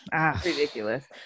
ridiculous